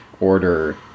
order